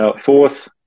Fourth